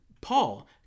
Paul